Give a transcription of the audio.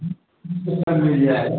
सब मिल जाएगा